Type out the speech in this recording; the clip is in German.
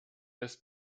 des